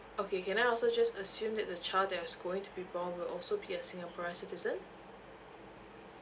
okay can I also just assume that the child that is going to be born will also be a singaporean citizen